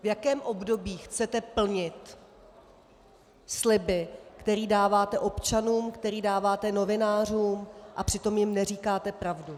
V jakém období chcete plnit sliby, které dáváte občanům, které dáváte novinářům, a přitom jim neříkáte pravdu?